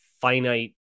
finite